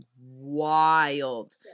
wild